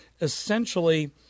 essentially